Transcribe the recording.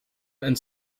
and